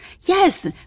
Yes